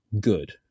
Good